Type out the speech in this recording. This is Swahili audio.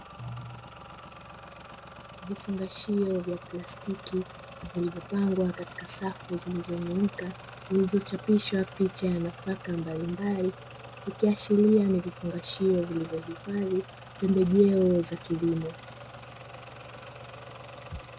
Vifungashio vya plastiki vilivyopangwa katika safu zilizonyooka zilizochapishwa picha za nafaka mbalimbali, ikiashiria ni vifungashio vilivyohifadhi pembejeo za kilimo.